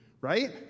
Right